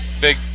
big